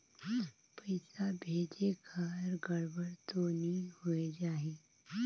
पइसा भेजेक हर गड़बड़ तो नि होए जाही?